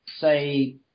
say